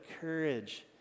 courage